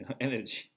energy